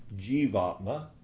Jivatma